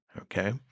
okay